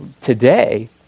Today